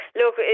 look